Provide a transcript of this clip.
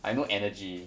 like no energy